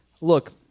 Look